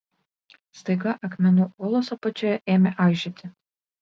staiga akmenų uolos apačioje ėmė aižėti